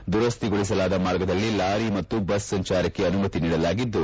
ದುರಸ್ತಿಗೊಳಸಲಾದ ಮಾರ್ಗದಲ್ಲಿ ಲಾರಿ ಮತ್ತು ಬಸ್ ಸಂಚಾರಕ್ಕೆ ಅನುಮತಿ ನೀಡಲಾಗಿದ್ದು